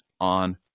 on